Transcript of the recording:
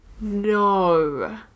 No